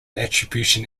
attribution